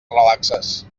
relaxes